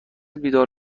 بیدار